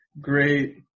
great